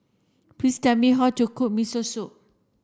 please tell me how to cook Miso Soup